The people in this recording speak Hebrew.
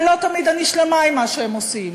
ולא תמיד אני שלמה עם מה שהם עושים,